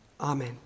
Amen